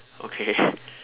okay